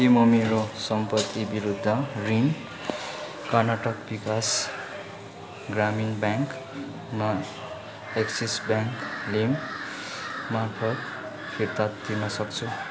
के म मेरो सम्पत्ति विरुद्ध ऋण कर्नाटक विकास ग्रामीण ब्याङ्कमा एक्सिस ब्याङ्क लिइम मार्फत फिर्ता तिर्न सक्छु